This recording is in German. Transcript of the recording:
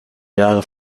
jahre